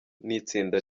n’itsinda